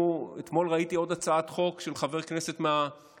אתמול ראיתי עוד הצעת חוק של חבר כנסת מהקואליציה,